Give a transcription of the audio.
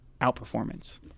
outperformance